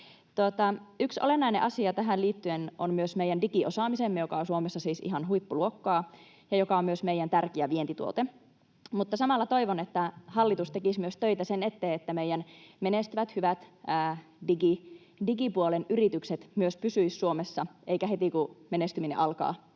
Yksi olennainen asia tähän liittyen on myös meidän digiosaamisemme, joka on Suomessa siis ihan huippuluokkaa ja joka on myös meidän tärkeä vientituote, mutta samalla toivon, että hallitus tekisi myös töitä sen eteen, että meidän menestyvät, hyvät digipuolen yritykset myös pysyisivät Suomessa eivätkä heti, kun menestyminen alkaa,